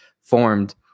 formed